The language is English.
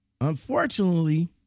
unfortunately